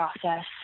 process